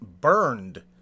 burned